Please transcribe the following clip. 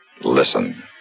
Listen